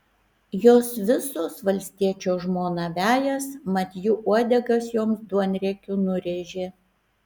jos visos valstiečio žmoną vejas mat ji uodegas joms duonriekiu nurėžė